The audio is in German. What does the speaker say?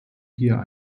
hier